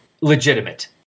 legitimate